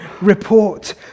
report